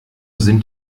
sind